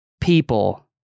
people